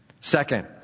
Second